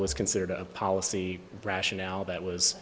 was considered a policy rationale that was